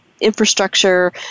Infrastructure